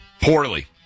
Poorly